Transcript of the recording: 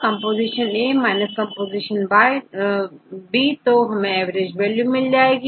comp compतो हमारे पास एवरेज वैल्यू आ जाएगी